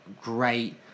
great